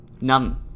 None